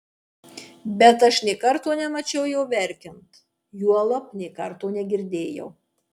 bet aš nė karto nemačiau jo verkiant juolab nė karto negirdėjau